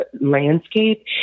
landscape